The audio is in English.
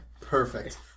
Perfect